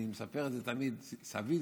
אני מספר את זה תמיד: סבי,